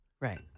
Right